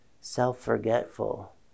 self-forgetful